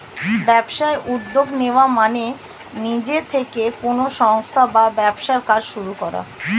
ব্যবসায় উদ্যোগ নেওয়া মানে নিজে থেকে কোনো সংস্থা বা ব্যবসার কাজ শুরু করা